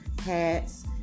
hats